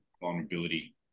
vulnerability